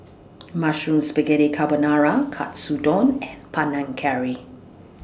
Mushroom Spaghetti Carbonara Katsudon and Panang Curry